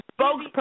spokesperson